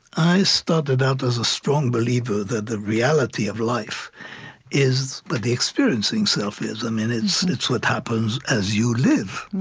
i started out as a strong believer that the reality of life is what the experiencing self is. um and it's and it's what happens as you live.